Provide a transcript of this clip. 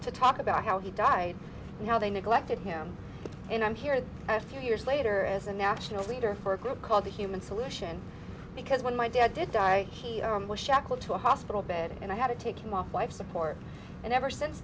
to talk about how he died and how they neglected him and i'm here in a few years later as a national leader for a group called the human solution because when my dad did die i was shackled to a hospital bed and i had to take him off life support and ever since